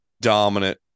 dominant